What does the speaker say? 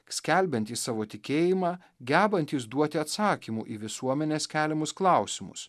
skelbiantys savo tikėjimą gebantys duoti atsakymų į visuomenės keliamus klausimus